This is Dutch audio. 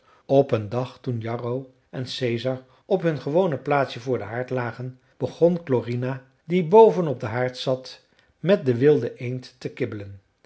op een dag toen jarro en caesar op hun gewone plaatsje voor den haard lagen begon klorina die boven op den haard zat met de wilde eend te kibbelen